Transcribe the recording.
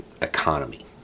economy